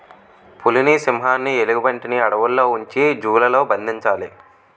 పులిని సింహాన్ని ఎలుగుబంటిని అడవుల్లో ఉంచి జూ లలో బంధించాలి